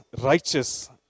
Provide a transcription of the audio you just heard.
righteous